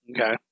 Okay